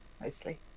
mostly